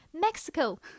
Mexico